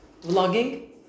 Vlogging